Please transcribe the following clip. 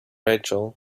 rachel